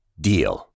DEAL